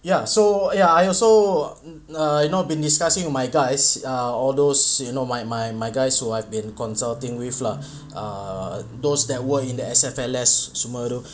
ya so ya I also err not been discussing my guys err all those you know my my my guys who I've been consulting with lah err those that were in the S_F_L_S semua tu